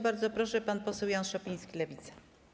Bardzo proszę, pan poseł Jan Szopiński, Lewica.